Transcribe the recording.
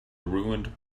ruined